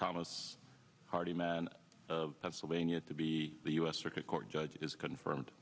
thomas hardy men of pennsylvania to be the u s circuit court judges confirmed